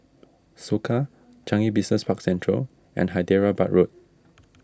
Soka Changi Business Park Central and Hyderabad Road